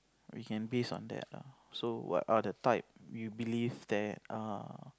we can base on that lah so what are the type you believe that err